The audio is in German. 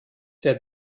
der